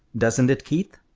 doesn't it, keith?